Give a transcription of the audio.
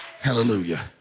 Hallelujah